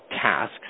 tasks